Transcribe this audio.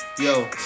Yo